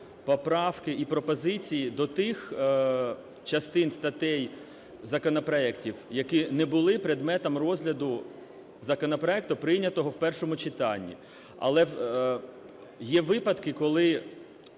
поправки і пропозиції до тих частин, статей законопроектів, які не були предметом розгляду законопроекту, прийнятого в першому читанні. Але є випадки, коли